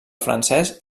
francès